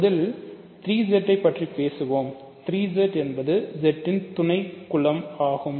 முதலில் 3Z பற்றி பேசுவோம் 3 Z என்பது Z இன் துணைக்குழு ஆகும்